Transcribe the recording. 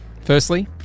Firstly